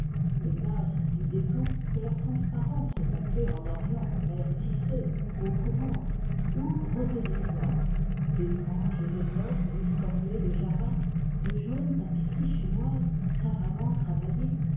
les gazes du dekkan que leur transparence fait appeler en orient air tissé eau courante ou rosée du soir d'étranges étoffes historiées de java de jaunes tapisseries chinoises savamment travaillées